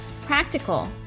practical